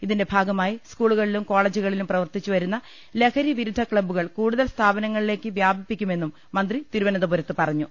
ഇതിന്റെ ഭാഗമായി സ്കൂളുകളിലും കോളജുകളിലും പ്രവർത്തി ച്ചുവരുന്ന ലഹരി പ്പിരുദ്ധ ക്ലബ്ബുകൾ കൂടുതൽ സ്ഥാപനങ്ങളിലേക്ക് വ്യാപിപ്പിക്കുമെന്നും മന്ത്രി തിരുവനന്തപുരത്ത് പറഞ്ഞു